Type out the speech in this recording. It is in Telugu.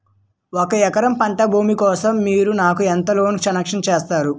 ఒక ఎకరం పంట భూమి కోసం మీరు నాకు ఎంత లోన్ సాంక్షన్ చేయగలరు?